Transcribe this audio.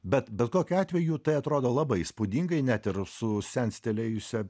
bet bet kokiu atveju tai atrodo labai įspūdingai net ir su senstelėjusia